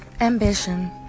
Ambition